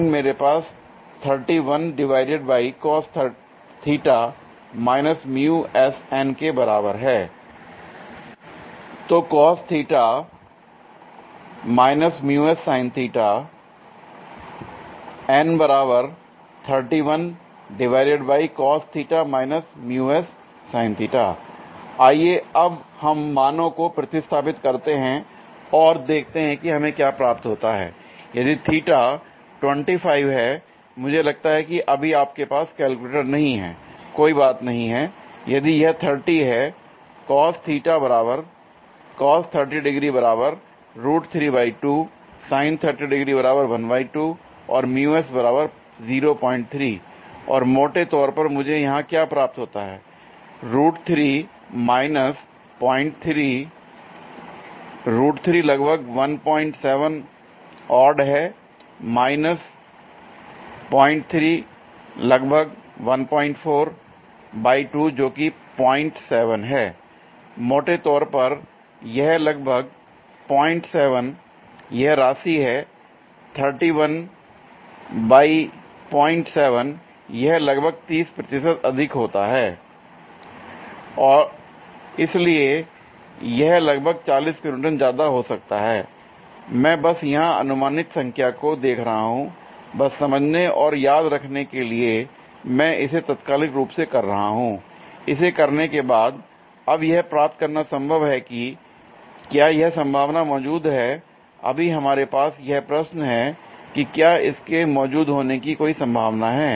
N मेरे पास 31 divided by cos θ के बराबर है l तो l आइए अब हम मानो को प्रतिस्थापित करते हैं और देखते हैं कि हमें क्या प्राप्त होता है l यदि θ 25 है मुझे लगता है कि अभी आपके पास केलकुलेटर नहीं है कोई बात नहीं l यदि यह 30 है और l और मोटे तौर पर मुझे यहां क्या प्राप्त होता है माइनस 03 l लगभग 17 ओड है माइनस 03 लगभग 14 बाई 2 जोकि 07 है मोटे तौर पर लगभग 07 यह राशि है 31 बाई 07 यह लगभग 30 प्रतिशत अधिक होता है l इसलिए यह लगभग 40 किलो न्यूटन ज्यादा हो सकता है l मैं बस यहां अनुमानित संख्या को देख रहा हूं बस समझने और याद रखने के लिए मैं इसे तत्कालिक रूप से कर रहा हूं l इसे करने के बाद अब यह प्राप्त करना संभव है कि क्या यह संभावना मौजूद है l अभी हमारे पास यह प्रश्न है कि क्या इसके मौजूद होने की कोई संभावना है